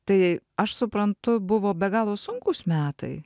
tai aš suprantu buvo be galo sunkūs metai